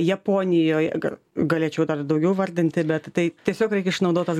japonijoj gal galėčiau dar ir daugiau vardinti bet tai tiesiog reikia išnaudot tas